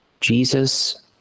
Jesus